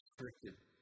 restricted